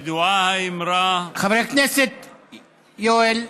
ידועה האמרה, חבר הכנסת יואל,